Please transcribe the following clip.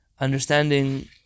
understanding